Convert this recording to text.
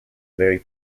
very